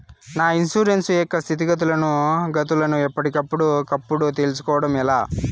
నా ఇన్సూరెన్సు యొక్క స్థితిగతులను గతులను ఎప్పటికప్పుడు కప్పుడు తెలుస్కోవడం ఎలా?